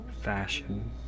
fashion